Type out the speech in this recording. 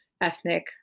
ethnic